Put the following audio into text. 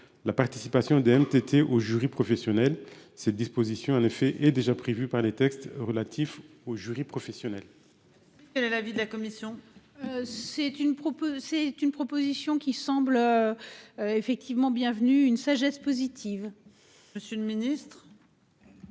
la participation de MTT au jury professionnel. Cette disposition en effet est déjà prévue par les textes, relatifs au jury professionnel. Merci. Quel est l'avis de la commission. C'est une propose c'est une proposition qui semble. Effectivement bienvenue une sagesse positive. Monsieur le Ministre.